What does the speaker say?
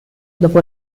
dopo